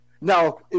Now